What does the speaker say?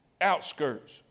outskirts